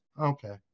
Okay